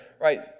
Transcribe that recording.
right